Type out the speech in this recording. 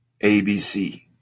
ABC